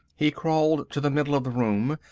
he crawled to the middle of the room.